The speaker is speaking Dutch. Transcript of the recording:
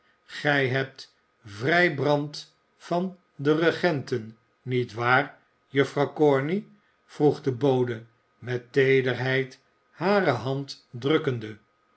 gij hebt vrij brand van de regenten niet waar juffrouw corney vroeg de bode met teederheid hare hand drukkende